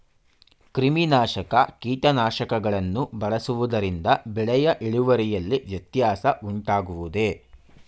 ಕ್ರಿಮಿನಾಶಕ ಕೀಟನಾಶಕಗಳನ್ನು ಬಳಸುವುದರಿಂದ ಬೆಳೆಯ ಇಳುವರಿಯಲ್ಲಿ ವ್ಯತ್ಯಾಸ ಉಂಟಾಗುವುದೇ?